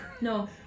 No